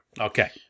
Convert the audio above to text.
Okay